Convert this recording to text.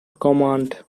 command